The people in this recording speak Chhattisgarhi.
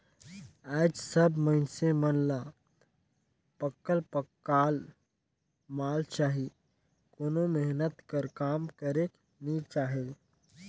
आएज सब मइनसे मन ल पकल पकाल माल चाही कोनो मेहनत कर काम करेक नी चाहे